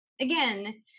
again